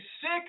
sick